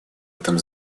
этом